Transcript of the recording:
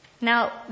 Now